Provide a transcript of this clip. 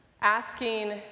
asking